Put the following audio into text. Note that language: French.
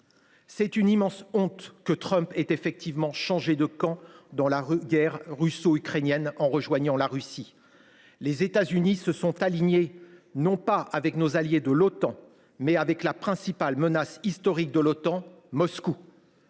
C’est une immense honte que Trump ait effectivement changé de camp dans la guerre russo ukrainienne en rejoignant la Russie. Les États Unis se sont alignés, non pas avec nos alliés de l’Otan, mais avec la principale menace historique de l’Otan : Moscou.